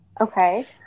Okay